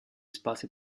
spazi